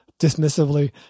dismissively